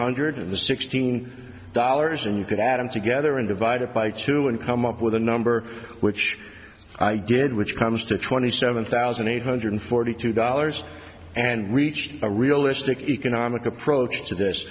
hundred sixteen dollars and you could add them together and divide it by two and come up with a number which i did which comes to twenty seven thousand eight hundred forty two dollars and reached a realistic economic approach to this